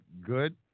good